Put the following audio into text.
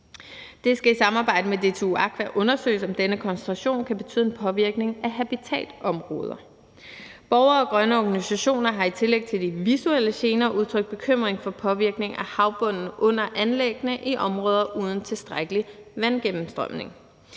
Det skal i samarbejdet med DTU Aqua undersøges, om denne koncentration kan betyde en påvirkning af habitatområder. Borgere og grønne organisationer har i tillæg til de visuelle gener udtrykt bekymring for påvirkning af havbunden under anlæggene i områder uden tilstrækkelig vandgennemstrømning.